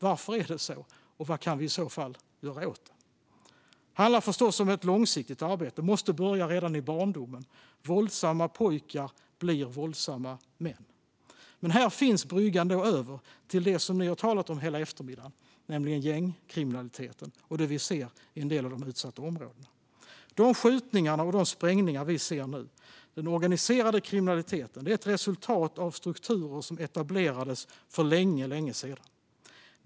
Varför är det så? Och vad kan vi göra åt det? Det handlar förstås om ett långsiktigt arbete; det måste börja redan i barndomen. Våldsamma pojkar blir våldsamma män. Här finns bryggan över till det som ni har talat om hela eftermiddagen, nämligen gängkriminaliteten och det vi ser i en del av de utsatta områdena. De skjutningar och sprängningar vi ser nu och den organiserade kriminaliteten är ett resultat av strukturer som etablerades för länge sedan.